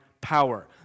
power